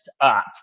up